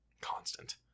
Constant